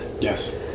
Yes